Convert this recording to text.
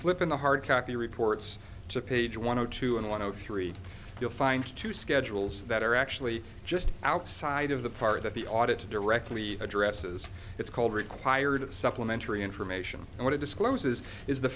flip in the hardcopy reports to page one zero two and one of three you'll find two schedules that are actually just outside of the part that the audit directly addresses it's called required of supplementary information i want to disclose as is is the